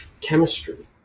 chemistry